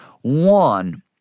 one